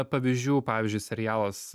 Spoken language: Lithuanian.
pavyzdžių pavyzdžiui serialas